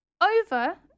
over